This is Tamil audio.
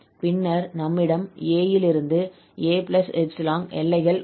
பின்னர் நம்மிடம் 𝑎 இலிருந்து 𝑎 𝜖 எல்லைகள் உள்ளன